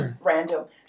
random